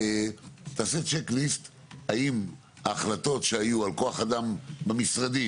תעשה צ'ק ליסט על ההחלטות שהיו על כוח אדם במשרדים,